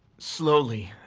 slowly,